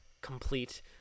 complete